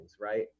right